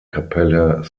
kapelle